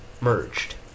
merged